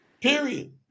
Period